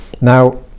Now